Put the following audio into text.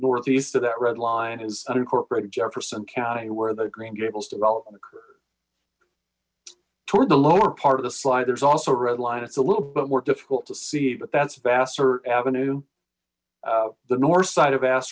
northeast of that red line is unincorporated jefferson county where the green gables development occurred toward the lower part of the slide there's also a red line it's a little bit more difficult to see but that's vasser avenue the north side of as